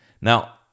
Now